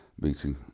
meeting